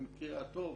במקרה הטוב,